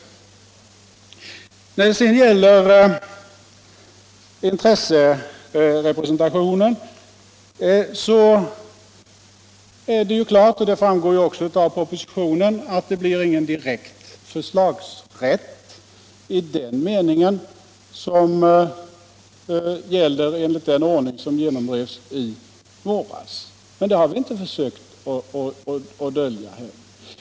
När det gäller intresserepresentationen — det framgår också av propositionen — blir det ingen sådan direkt förslagsrätt som gällde enligt den ordning som genomdrevs i våras. Detta har vi inte heller försökt att dölja.